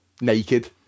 naked